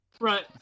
Right